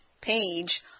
page